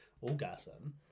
orgasm